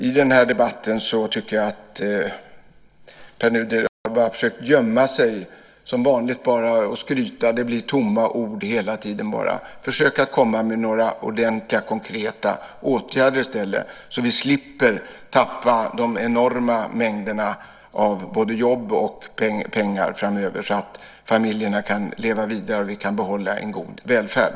I den här debatten tycker jag att Pär Nuder bara har försökt gömma sig som vanligt och skryta. Det blir tomma ord hela tiden. Försök att komma med några ordentliga konkreta åtgärder i stället så att vi slipper tappa enorma mängder både jobb och pengar framöver, så att familjerna kan leva vidare och så att vi kan behålla en god välfärd.